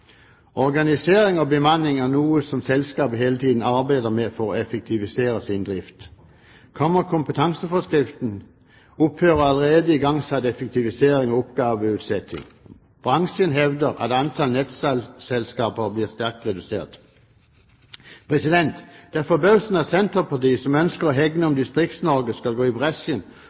Organisering og bemanning er noe som selskapene hele tiden arbeider med for å effektivisere sin drift. Kommer kompetanseforskriften, opphører allerede igangsatt effektivisering og oppgaveutsetting. Bransjen hevder at antall nettselskaper blir sterkt redusert. Det er forbausende at Senterpartiet, som ønsker å hegne om Distrikts-Norge, kan gå i bresjen